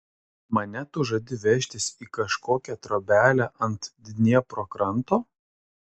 mane tu žadi vežtis į kažkokią trobelę ant dniepro kranto